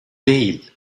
değil